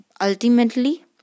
ultimately